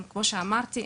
כמו שאמרתי,